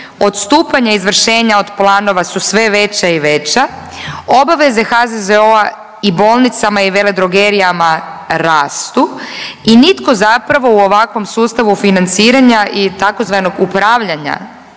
odstupanja izvršenja od planova su sve veća i veća, obveze HZZO-a i bolnicama i veledrogerijama rastu i nitko zapravo u ovakvom sustavu financiranja i tzv. upravljanja